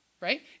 right